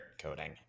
coding